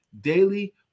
daily